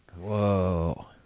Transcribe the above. Whoa